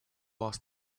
lost